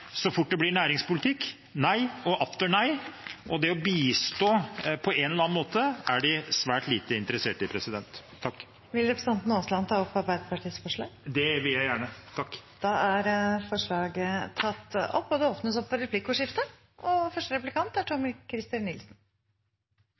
så fort det blir næringspolitikk, er nei og atter nei, og det å bistå på en eller annen måte er de svært lite interessert i. Jeg tar til slutt opp forslaget fra Arbeiderpartiet, Senterpartiet og Sosialistisk Venstreparti. Representanten Terje Aasland har tatt opp det forslaget han refererte til. Det blir replikkordskifte. Det er